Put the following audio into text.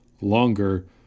longer